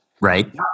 right